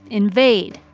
invade,